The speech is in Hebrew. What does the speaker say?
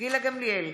גילה גמליאל,